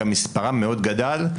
גם מספרם מאוד גדול,